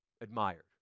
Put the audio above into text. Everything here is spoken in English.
Admired